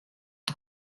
the